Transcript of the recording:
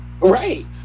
Right